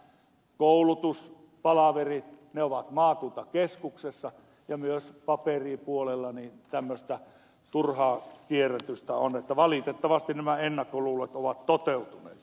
koulutus palaverit ovat maakuntakeskuksessa ja myös paperipuolella tämmöistä turhaa kierrätystä on niin että valitettavasti nämä ennakkoluulot ovat toteutuneet